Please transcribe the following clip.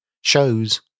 shows